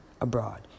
abroad